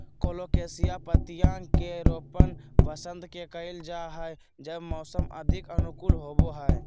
colocasia पत्तियां के रोपण वसंत में कइल जा हइ जब मौसम अधिक अनुकूल होबो हइ